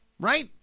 Right